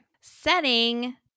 Setting